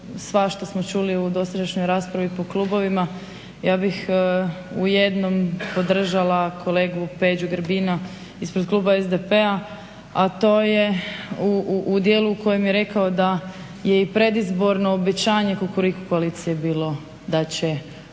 svašta smo čuli u dosadašnjoj raspravi po klubovima, ja bih u jednom podržala kolegu Peđu Grbina ispred kluba SDP-a, a to je u dijelu u kojem je rekao da je i predizborno obećanje kukuriku koalicije bilo da će